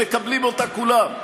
הם מקבלים אותה כולם.